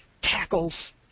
tackles